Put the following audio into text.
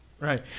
Right